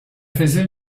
faisait